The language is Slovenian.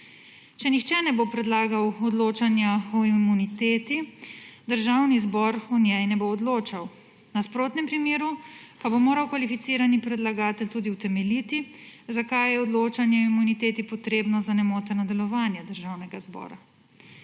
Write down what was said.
Če nihče ne bo predlagal odločanja o imuniteti, Državni zbor o njej ne bo odločal. V nasprotnem primeru pa bo moral kvalificirani predlagatelj tudi utemeljiti, zakaj je odločanje o imuniteti potrebno za nemoteno delovanje Državnega zbora.